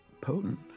potent